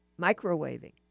microwaving